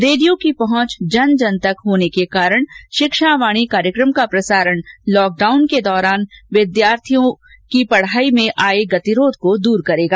रेडियों की पहुंच जनजन तक होने के कारण शिक्षावाणी कार्यकम का प्रसारण लॉकडाउन के दौरान विद्यार्थियों पढाई में आये गतिरोध को दूर करेगा